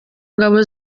ngabo